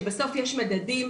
שבסוף יש מדדים,